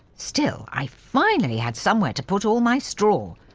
still, i finally had somewhere to put all my straw.